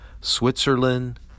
Switzerland